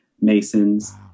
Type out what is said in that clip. masons